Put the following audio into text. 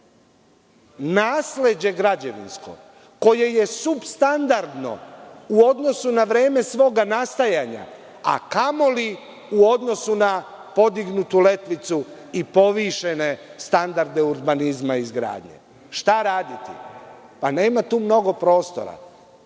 nasleđe građevinsko koje je supstandardno u odnosu na vreme svoga nastajanja, a kamoli u odnosu na podignutu letvicu i povišene standarde urbanizma i izgradnje. Šta raditi? Pa, nema tu mnogo prostora.